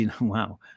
wow